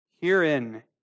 Herein